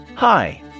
Hi